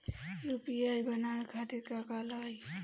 UPI बनावे खातिर का का लगाई?